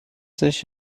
sich